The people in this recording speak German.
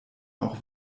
auch